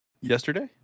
Yesterday